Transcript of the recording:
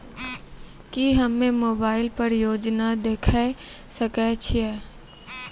की हम्मे मोबाइल पर योजना देखय सकय छियै?